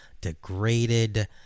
degraded